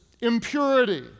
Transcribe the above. impurity